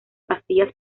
pastillas